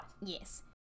Yes